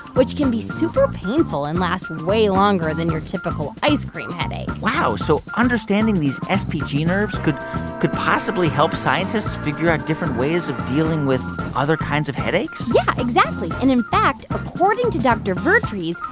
which can be super painful and last way longer than your typical ice cream headache wow. so understanding these spg nerves could could possibly help scientists figure out different ways of dealing with other kinds of headaches? yeah, exactly. and in fact, according to dr. vertrees,